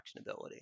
actionability